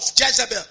Jezebel